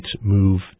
move